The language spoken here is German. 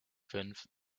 fünf